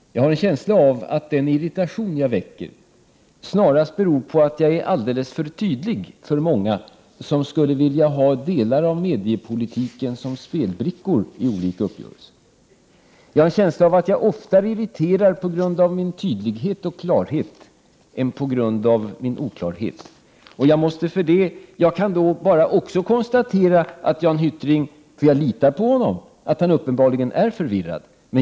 Jag har en känsla av att den irritation som jag väcker snarast beror på att jag är alldeles för tydlig för många, som skulle vilja ha delar av mediapolitiken såsom spelbrickor i olika uppgörelser. Jag har en känsla av att jag oftare irriterar på grund av min tydlighet och klarhet än på grund av min oklarhet. Jag kan bara konstatera att Jan Hyttring—ty jag litar på honom — uppenbarligen är förvirrad.